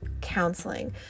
counseling